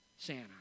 santa